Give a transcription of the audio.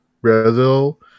Brazil